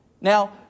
Now